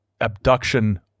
abduction